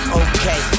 okay